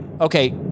Okay